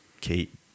keep